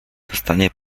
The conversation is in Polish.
dostanie